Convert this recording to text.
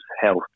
health